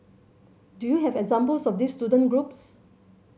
do you have examples of these student groups